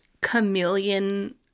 chameleon